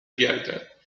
گردد